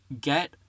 get